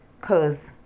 Cause